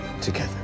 together